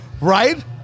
right